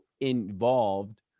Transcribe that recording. involved